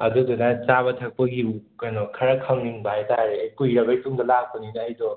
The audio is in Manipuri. ꯑꯗꯨꯗꯨꯅ ꯆꯥꯕ ꯊꯛꯄꯒꯤ ꯀꯩꯅꯣ ꯈꯔ ꯈꯪꯅꯤꯡꯕ ꯍꯥꯏꯇꯥꯔꯦ ꯀꯨꯏꯔꯕꯒꯤꯇꯨꯡꯗ ꯂꯥꯛꯄꯅꯤꯅ ꯑꯩꯗꯣ